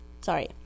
Sorry